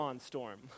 storm